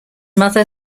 mother